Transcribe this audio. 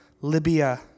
Libya